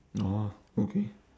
orh okay